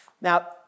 Now